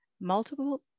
multiple